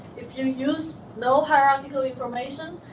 if you use no hierarchical information,